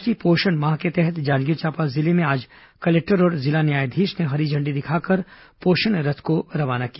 राष्ट्रीय पोषण माह के तहत जांजगीर चांपा जिले में आज कलेक्टर और जिला न्यायाधीश ने हरी झंडी दिखाकर पोषण रथ को रवाना किया